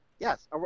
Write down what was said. Yes